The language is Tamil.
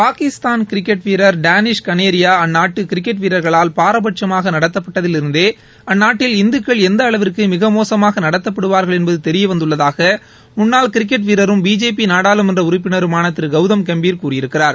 பாகிஸ்தான் கிரிக்கெட் வீரர் டேனிஷ் கனேரியா அந்நாட்டு கிரிக்கெட் வீரர்களால் பாரபட்சமாக நடத்தப்பட்டதிலிருந்தே அந்நாட்டில் இந்துக்கள் எந்த அளவிற்கு மிக மோசமாக நடத்தப்படுவார்கள் என்பது தெரிய வந்தள்ளதாக முன்னாள் கிரிக்கெட் வீரரும் பிஜேபி நாடாளுமன்ற உறுப்பினருமான திரு கௌதம் கம்பீர் கூறியிருக்கிறார்